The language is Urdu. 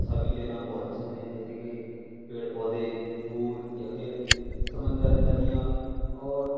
تصاویر لینا بہت پسند ہیں جیسے کہ پیڑ پودے پھول یا پھرسمندر ندیاں اور